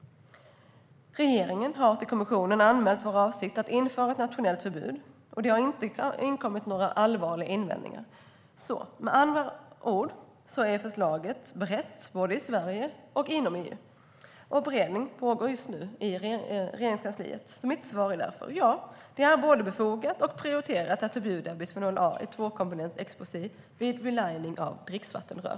Regeringen har till kommissionen anmält avsikten att införa ett nationellt förbud. Det har inte inkommit några allvarliga invändningar. Med andra ord är förslaget berett både i Sverige och inom EU. Beredning pågår just nu i Regeringskansliet. Mitt svar är därför: Ja, det är både befogat och prioriterat att förbjuda bisfenol A i tvåkomponentsepoxi vid relining av dricksvattenrör.